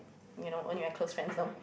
you know only my close friends know